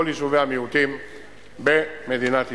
כל יישובי המיעוטים במדינת ישראל.